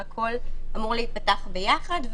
הכול אמור להיפתח ביחד,